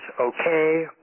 okay